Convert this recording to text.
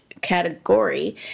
category